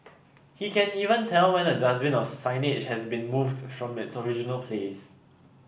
he can even tell when a dustbin or signage has been moved from its original place